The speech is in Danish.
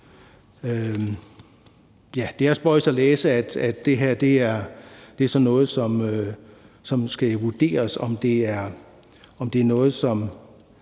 Det er spøjst at læse, at det her er sådan noget, som skal vurderes, i forhold til om det er noget, som